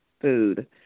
food